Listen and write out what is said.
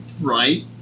Right